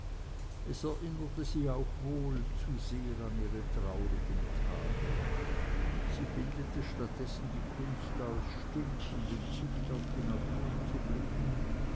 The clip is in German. es erinnerte sie auch wohl zu sehr an ihre traurigen tage sie bildete statt dessen die kunst aus still und entzückt auf die natur zu blicken